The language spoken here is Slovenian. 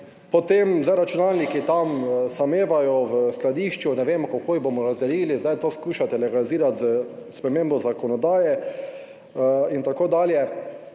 Potem, zdaj računalniki tam samevajo v skladišču, ne vemo, kako jih bomo razdelili. Zdaj to skušate legalizirati s spremembo zakonodaje, in tako dalje.